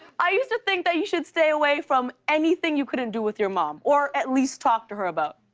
i used to think that you should stay away from anything you couldn't do with your mom or at least talk to her about.